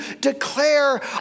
declare